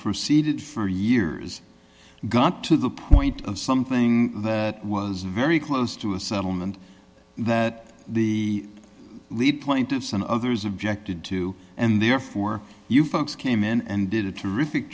proceeded for years got to the point of something that was very close to a settlement that the lead plaintiffs and others objected to and therefore you folks came in and did a terrific